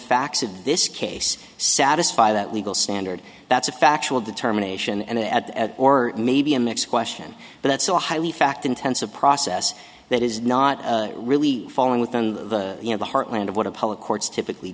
facts of this case satisfy that legal standard that's a factual determination and at or maybe a mix question but it's a highly fact intensive process that is not really falling within the you know the heartland of what a public courts typically